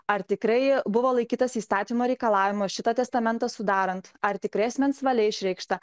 ar tikrai buvo laikytasi įstatymo reikalavimo šitą testamentą sudarant ar tikrai asmens valia išreikšta